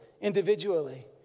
individually